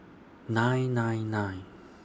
nine nine nine